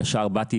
ישר באתי,